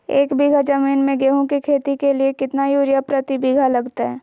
एक बिघा जमीन में गेहूं के खेती के लिए कितना यूरिया प्रति बीघा लगतय?